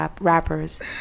rappers